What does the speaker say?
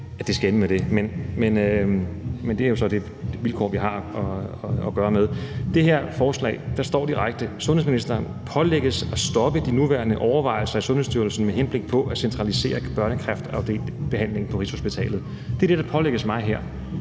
det skal ende med det, men det er jo så de vilkår, vi har. I det her forslag står der direkte, at sundhedsministeren pålægges at stoppe de nuværende overvejelser i Sundhedsstyrelsen med henblik på at centralisere børnekræftbehandlingen på Rigshospitalet. Det er det, der her pålægges mig.